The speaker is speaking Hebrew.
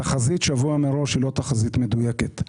התחזית שבוע מראש היא לא תחזית מדויקת.